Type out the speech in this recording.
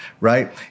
right